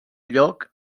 lloc